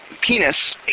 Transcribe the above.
penis